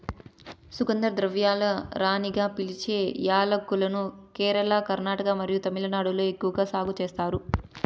సుగంధ ద్రవ్యాల రాణిగా పిలిచే యాలక్కులను కేరళ, కర్ణాటక మరియు తమిళనాడులో ఎక్కువగా సాగు చేస్తారు